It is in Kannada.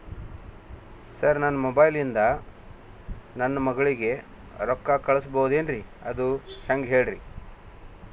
ಸರ್ ನನ್ನ ಮೊಬೈಲ್ ಇಂದ ನನ್ನ ಮಗಳಿಗೆ ರೊಕ್ಕಾ ಕಳಿಸಬಹುದೇನ್ರಿ ಅದು ಹೆಂಗ್ ಹೇಳ್ರಿ